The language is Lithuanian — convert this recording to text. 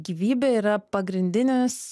gyvybė yra pagrindinis